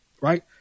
right